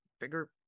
bigger